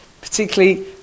Particularly